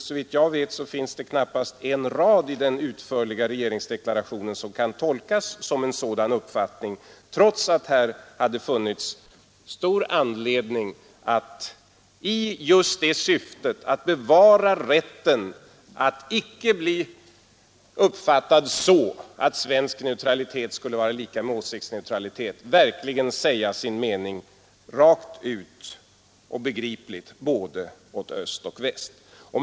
Såvitt jag vet finns det knappast en rad i den utförliga regeringsdeklarationen som kan tolkas som en sådan uppfattning, trots att det hade funnits stor anledning att — just i syfte att undvika missuppfattningen att svensk neutralitet skulle vara lika med åsiktsneutralitet — säga sin mening rakt på sak och på ett begripligt sätt både när det gäller öst och väst.